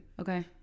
Okay